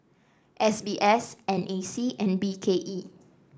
S B S N A C and B K E